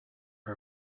her